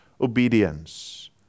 obedience